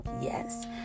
yes